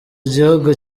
gihugu